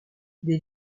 des